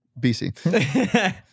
BC